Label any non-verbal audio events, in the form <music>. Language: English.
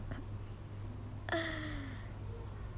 <breath>